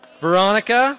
Veronica